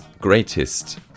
greatest